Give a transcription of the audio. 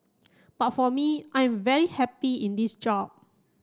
but for me I am very happy in this job